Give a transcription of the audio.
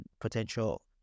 potential